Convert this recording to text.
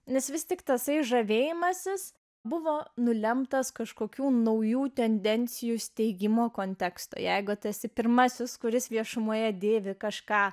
nes vis tik tasai žavėjimasis buvo nulemtas kažkokių naujų tendencijų steigimo konteksto jeigu tas pirmasis kuris viešumoje dėvi kažką